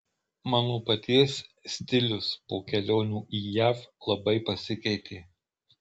mano paties stilius po kelionių į jav labai pasikeitė